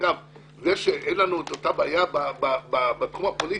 זה שאין לנו אותה בעיה בתחום הפוליטי,